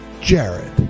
Jared